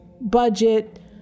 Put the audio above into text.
budget